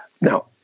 Now